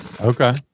Okay